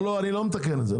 אני לא מתקן את זה.